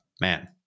man